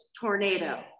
tornado